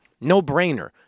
No-brainer